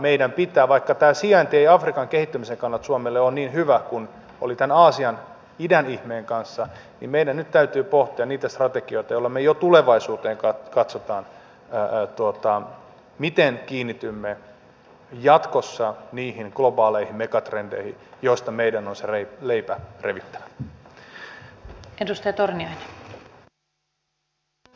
vaikka tämä sijainti ei afrikan kehittymisen kannalta suomelle ole niin hyvä kuin oli aasian idän ihmeen kanssa niin meidän täytyy nyt pohtia niitä strategioita joilla me jo tulevaisuuteen katsomme miten kiinnitymme jatkossa niihin globaaleihin megatrendeihin joista meidän on se leipä revittävä